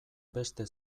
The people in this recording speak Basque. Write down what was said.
beste